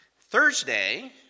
Thursday